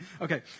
Okay